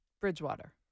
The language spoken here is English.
Bridgewater